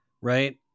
right